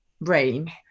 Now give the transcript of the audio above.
brain